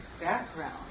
background